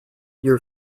your